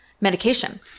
medication